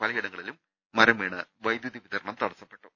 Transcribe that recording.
പലയിടങ്ങളിലും മരംവീണ് വൈദ്യുതിവിതരണം തടസ്സപ്പെട്ടു